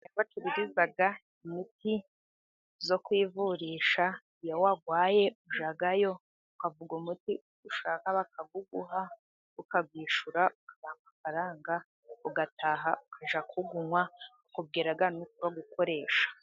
Aho bacururiza imiti yo kuvurisha. Iyo warwaye ujyayo ukavuga umuti ushaka bakawuguha ukabyishura amafaranga, ugataha ukajya kuwunywa bakubwira noko urawukoresha.